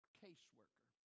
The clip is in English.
caseworker